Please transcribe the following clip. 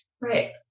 Right